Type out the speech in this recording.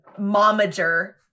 momager